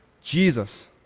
Jesus